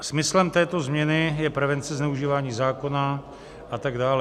Smyslem této změny je prevence zneužívání zákona a tak dále.